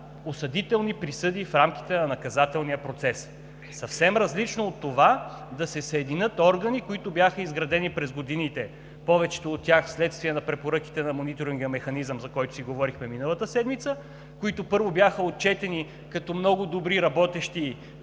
осъдителни присъди в рамките на наказателния процес. Съвсем различно е от това да се съединят органи, които бяха изградени през годините, повечето от тях вследствие на препоръките на Мониторинговия механизъм, за който си говорихме миналата седмица, които, първо, бяха отчетени като много добри и работещи